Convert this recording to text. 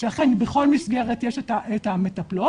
שאכן בכל מסגרת יש את המטפלות.